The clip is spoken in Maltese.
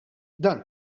dan